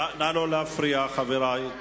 נא לא להפריע, חברי.